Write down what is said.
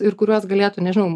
ir kuriuos galėtų nežinau